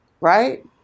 right